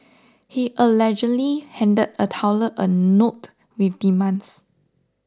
he allegedly handed a teller a note with demands